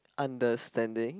understanding